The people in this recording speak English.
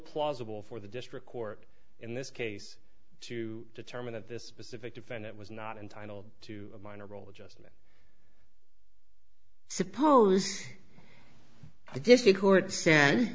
plausible for the district court in this case to determine that this specific defendant was not entitled to a minor role adjustment suppose i guess you